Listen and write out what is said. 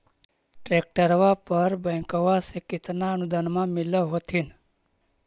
ट्रैक्टरबा पर बैंकबा से कितना अनुदन्मा मिल होत्थिन?